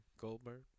Goldberg